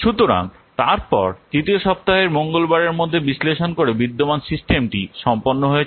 সুতরাং তারপর তৃতীয় সপ্তাহের মঙ্গলবারের মধ্যে বিশ্লেষণ করে বিদ্যমান সিস্টেমটি সম্পন্ন হয়েছে